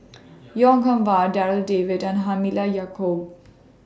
Goh Eng Wah Darryl David and Halimah Yacob